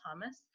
Thomas